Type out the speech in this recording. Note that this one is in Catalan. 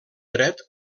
dret